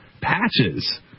patches